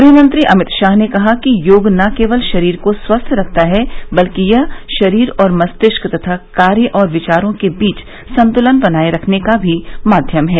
गृहमंत्री अमित शाह ने कहा है कि योग न केवल शरीर को स्वस्थ रखता है बल्कि यह शरीर और मस्तिष्क तथा कार्य और विचारों के बीच संतुलन बनाये रखने का भी माध्यम है